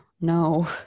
no